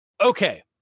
Okay